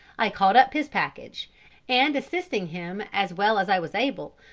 i caught up his package and assisting him as well as i was able,